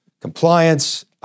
Compliance